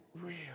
real